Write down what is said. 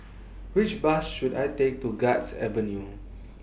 Which Bus should I Take to Guards Avenue